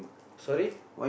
sorry